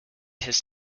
has